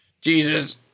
Jesus